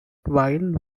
while